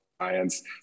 science